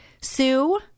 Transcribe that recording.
Sue